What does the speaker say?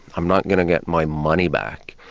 i'm not going to get my money back.